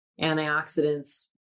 antioxidants